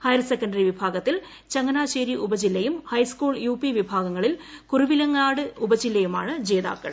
higher secondary വിഭാഗത്തിൽ ചങ്ങനാശേരി ഉപജില്ലയും high school UP വിഭാഗങ്ങളിൽ കുറവിലങ്ങാട് ഉപജില്ലയുമാണ് ജേതാക്കൾ